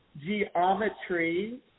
geometry